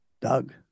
Doug